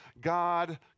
God